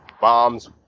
bombs